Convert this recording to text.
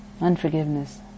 unforgiveness